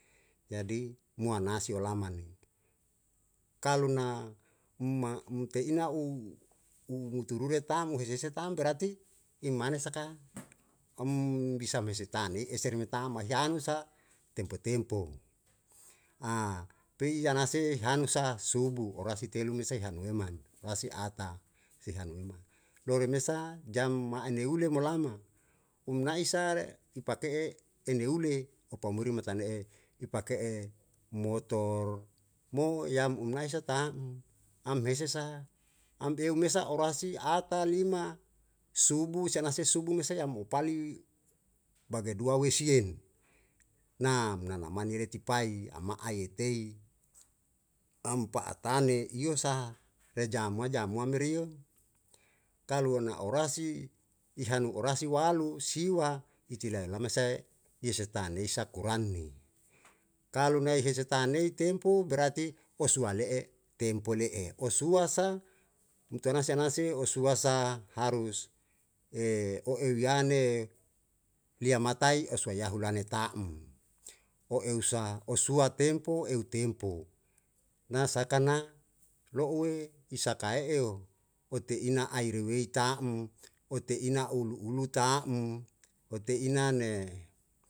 Jadi mu ana si olamane kalu na ma mute ina u u mutu rure tam hese hese tam berati i mana saka om bisa mese tane ese rui e tam ma heanusa tempo tempo pei ana se hanusa subuh orasi telu mese hanue man wasi ata se hanue ma loli mesa jam ma'a neule mo lama um na isa i pake'e em neule opa muri me tane'e i pake'e motor mo yam u naesa ta'm am mese sa am beu mesa orasi ata lima subuh se ana se subuh nuse yam mo pali bage dua wesien nam nana mani reti pai ama ai tei am pa'a tane io sa rejamua jamua merio kalo na orasi i hanu orasi walu siwa itile lama se yese tanei sa kurani kalu nai hese tanei tempo berati osua le'e tempo le'e osua sa umtua na si anasi o suasa harus o e iane lia matai osua yahu lane ta'm o eu sa osua tempo eu tempo na sakana lo'ue i sakae o u te'i na ai re wei taa'm o te'i na oulu ulu ta'm o te'i na ne.